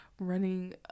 running